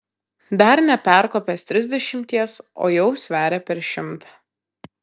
dar neperkopęs trisdešimties o jau sveria per šimtą